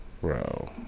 Bro